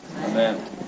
Amen